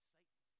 Satan